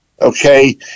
okay